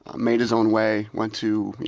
made his own way, went to, you